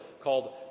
Called